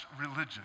religion